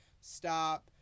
stop